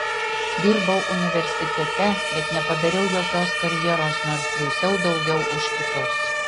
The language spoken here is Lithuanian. dirbau universitete bet nepadariau jokios karjeros nors triūsiau daugiau už kitus